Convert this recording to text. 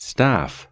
Staff